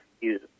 Use